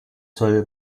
soll